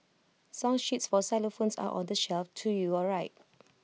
song sheets for xylophones are on the shelf to your right